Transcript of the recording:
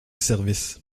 service